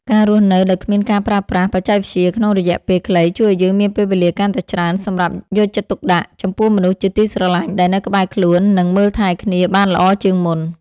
ការរស់នៅដោយគ្មានការប្រើប្រាស់បច្ចេកវិទ្យាក្នុងរយៈពេលខ្លីជួយឱ្យយើងមានពេលវេលាកាន់តែច្រើនសម្រាប់យកចិត្តទុកដាក់ចំពោះមនុស្សជាទីស្រឡាញ់ដែលនៅក្បែរខ្លួន និង មើលថែគ្នាបានល្អជាងមុន។